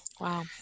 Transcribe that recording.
Wow